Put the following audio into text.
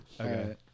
Okay